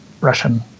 Russian